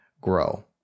grow